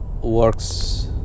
works